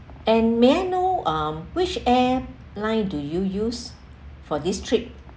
and may I know um which airline do you use for this trip